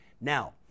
Now